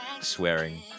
swearing